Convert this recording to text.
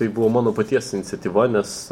tai buvo mano paties iniciatyva nes